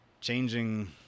changing